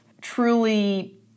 truly